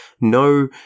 no